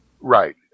Right